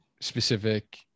specific